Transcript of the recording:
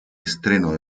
estreno